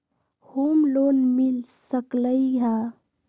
Home loan मिल सकलइ ह?